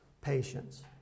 patience